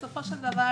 בסופו של דבר,